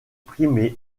primé